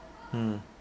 mm